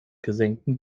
gesenktem